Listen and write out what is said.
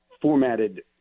formatted